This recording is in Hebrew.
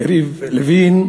יריב לוין,